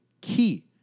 key